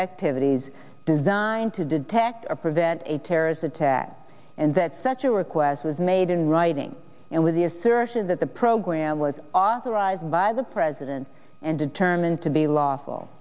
activities designed to detect or prevent a terrorist attack and that such a request was made in writing and with the assertion that the program was authorized by the president and determined to be lawful